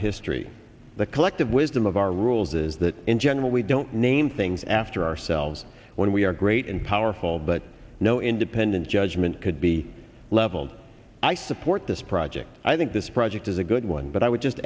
history the collective wisdom of our rules is that in general we don't name things after ourselves when we are great and powerful but no independent judgment could be leveled i support this project i think this project is a good one but i would just